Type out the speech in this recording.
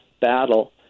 battle